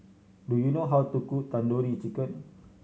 do you know how to cook Tandoori Chicken